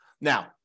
Now